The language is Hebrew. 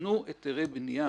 תנו היתרי בניה.